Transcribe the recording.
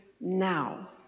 now